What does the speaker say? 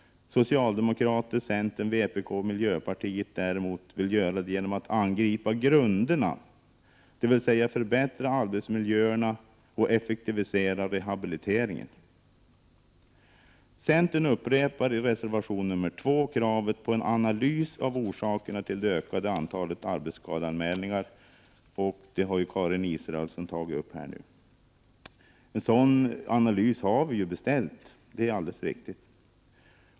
Socialdemokraterna, centern, vpk och miljöpartiet vill däremot göra det genom att angripa grunderna, dvs. förbättra arbetsmiljöerna och effektivisera rehabiliteringen. Centern upprepar i reservation nr 2 kravet på en analys av orsakerna till det ökade antalet arbetsskadeanmälningar, och det har Karin Israelsson tagit upp i kammaren. En sådan analys har ju riksdagen beställt — det är alldeles riktigt.